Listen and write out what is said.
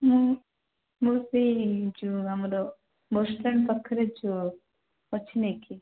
ମୁଁ ମୁଁ ସେହି ଯେଉଁ ଆମର ବସ୍ ଷ୍ଟାଣ୍ଡ୍ ପାଖରେ ଯେଉଁ ଅଛି ନାଇଁ କି